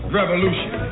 revolution